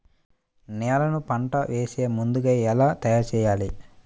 నేలను పంట వేసే ముందుగా ఎలా తయారుచేయాలి?